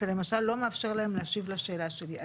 אתה למשל לא מאפשר להם להשיב לשאלה שלי.